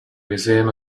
museum